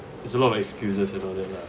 there's a lot of excuses about it lah